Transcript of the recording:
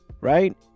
right